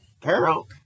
girl